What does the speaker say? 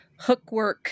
hookwork